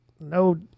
No